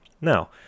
Now